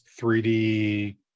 3D